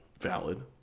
valid